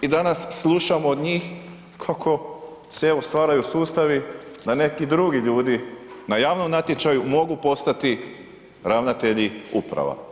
I danas slušamo od njih kako se evo stvaraju sustavi da neki drugi ljudi na javnom natječaju mogu postati ravnatelji uprava.